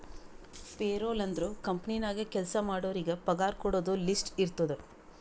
payroll ಅಂದುರ್ company ನಾಗ್ ಕೆಲ್ಸಾ ಮಾಡೋರಿಗ ಪಗಾರ ಕೊಡೋದು ಲಿಸ್ಟ್ ಇರ್ತುದ್